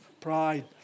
Pride